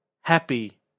happy